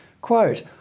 Quote